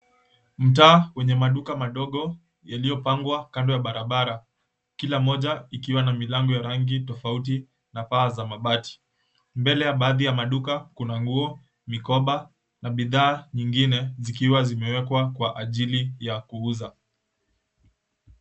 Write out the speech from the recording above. Mtaa wenye maduka madogo yaliyopangwa kando ya barabara, kila moja ikiwa na milango wa rangi tofauti na paa za mabati, mbele ya maduka kuna nguo, mikoba na bidhaa nyingine zikiwa zimeekwa kwa ajili ya kuuza.